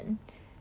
mmhmm